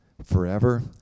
forever